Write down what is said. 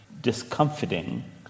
discomforting